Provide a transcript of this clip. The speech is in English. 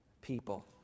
people